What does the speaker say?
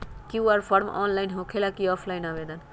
QR form online होकेला कि offline आवेदन?